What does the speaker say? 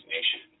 Nation